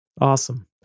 Awesome